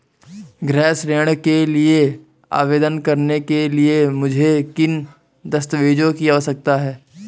गृह ऋण के लिए आवेदन करने के लिए मुझे किन दस्तावेज़ों की आवश्यकता है?